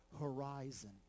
horizon